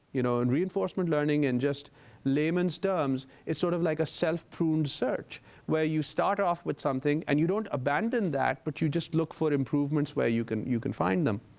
you know in reinforcement learning, in just layman's terms, it's sort of like a self-pruned search where you start off with something, and you don't abandon that but you just look for improvements where you can you can find them.